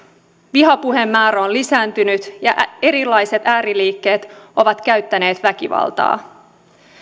vihapuheen määrä on lisääntynyt ja erilaiset ääriliikkeet ovat käyttäneet väkivaltaa